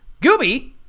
Gooby